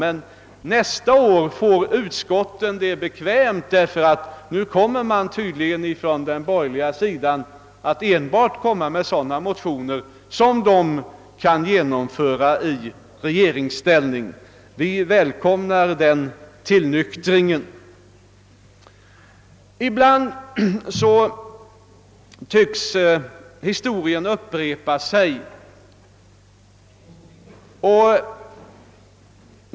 Men nästa år får utskotten det bekvämt, ty då kommer tydligen de borgerliga att enbart väcka sådana motioner som de kan genomföra i regeringsställning. Vi välkomnar denna tillnyktring. Ibland tycks historien upprepa sig.